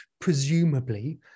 presumably